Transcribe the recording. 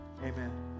Amen